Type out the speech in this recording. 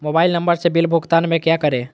Mobile number से bill भुगतान में क्या करें?